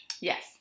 yes